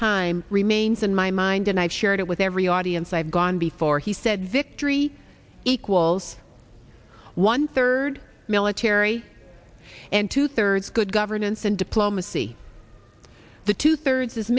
time remains in my mind and i've shared it with every audience i've gone before he said victory equals one third military and two thirds good governance and diplomacy the two thirds is